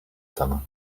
summer